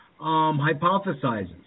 hypothesizes